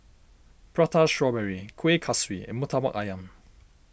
Prata Strawberry Kuih Kaswi and Murtabak Ayam